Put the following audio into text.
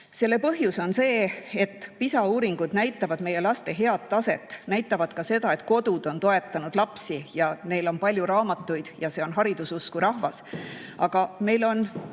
Selle põhjus on see, et PISA uuringud näitavad meie laste head taset, näitavad ka seda, et kodud on toetanud lapsi ja neil on palju raamatuid ja see on hariduse usku rahvas. Aga meil on